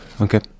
okay